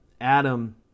Adam